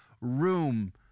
room